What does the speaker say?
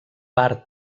part